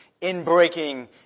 in-breaking